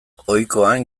ohikoan